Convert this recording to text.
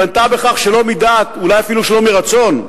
בנתה בכך, שלא מדעת, אולי אפילו שלא מרצון,